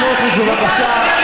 חבר הכנסת סמוטריץ, בבקשה.